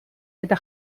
eta